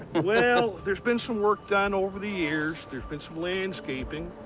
well, there's been some work done over the years. there's been some landscaping.